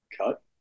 cut